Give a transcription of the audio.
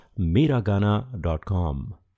Miragana.com